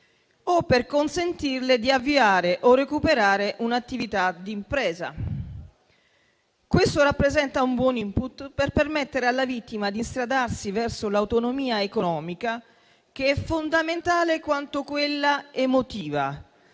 o per consentirle di avviare o recuperare un'attività di impresa. Questo rappresenta un buon *input* per permettere alla vittima di instradarsi verso l'autonomia economica, che è fondamentale quanto quella emotiva